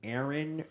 Aaron